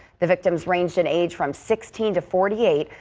the victims ranged in age from sixteen to forty eight,